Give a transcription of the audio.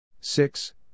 Six